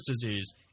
disease